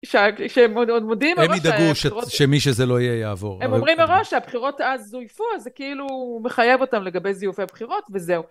שהם עוד מודיעים... הם ידאגו שמי שזה לא יהיה יעבור. הם אומרים הראש שהבחירות אז זויפו, אז כאילו הוא מחייב אותם לגבי זיופי הבחירות וזהו.